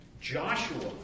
Joshua